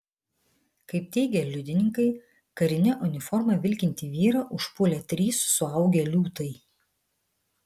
kaip teigia liudininkai karine uniforma vilkintį vyrą užpuolė trys suaugę liūtai